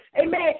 Amen